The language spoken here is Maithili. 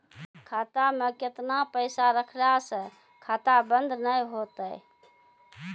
खाता मे केतना पैसा रखला से खाता बंद नैय होय तै?